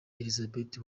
elizabeth